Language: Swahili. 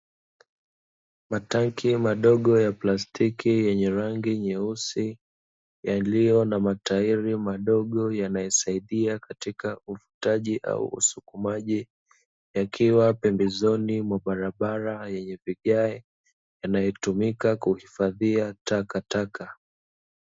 Matanki madogo ya plastiki yenye rangi nyeusi, yaliyo na matairi madogo, yanayosaidia katika uvutaji au usukumaji, yakiwa pembezoni mwa barabara yenye vigae, yanayotumika kuhifadhia takatataka.